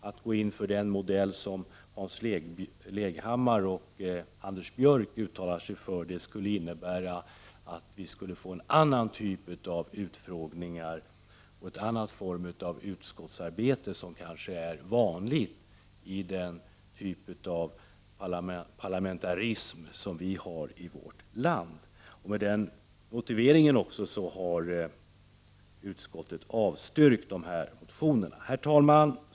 Att gå in för den modell som Hans Leghammar och Anders Björck uttalar sig för skulle innebära att vi fick en annan typ av utfrågningar och en annan form av utskottsarbete än som kanske är vanligt i den parlamentarism som vi har i vårt land. Med den motiveringen har utskottet avstyrkt dessa motioner. Herr talman!